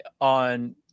on